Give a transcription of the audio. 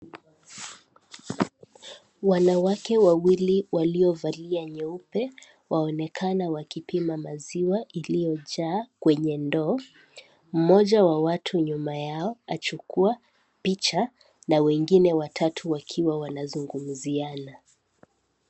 Wanawake wawili waliovalia nyeupe waonekana wakipima maziwa iliyojaa kwenye ndoo, mmoja wa watu nyuma yao achukua picha na wengine watatu wakiwa wanazungumziana.